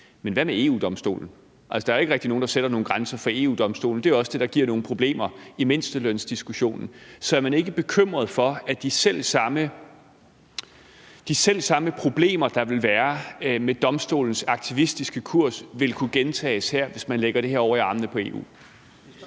men hvad med EU-Domstolen? Altså, der er jo ikke rigtig nogen, der sætter nogle grænser for EU-Domstolen. Det er også det, der giver nogle problemer i mindstelønsdiskussionen. Så er man ikke bekymret for, at de selv samme problemer, der vil være med Domstolens aktivistiske kurs, vil kunne gentages her, hvis man lægger det her over i armene på EU?